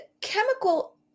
chemical